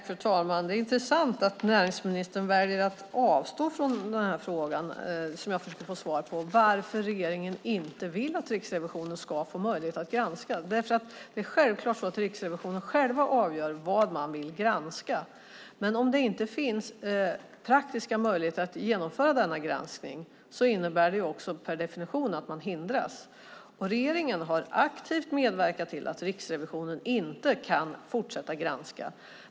Fru talman! Det är intressant att näringsministern väljer att avstå från frågan som jag försöker få svar på, varför regeringen inte vill att Riksrevisionen ska få möjlighet att granska. Det är självklart att Riksrevisionen själv avgör vad man vill granska. Men om det inte finns praktiska möjligheter att genomföra denna granskning innebär det per definition att man hindras. Regeringen har aktivt medverkat till att Riksrevisionen inte kan fortsätta granska.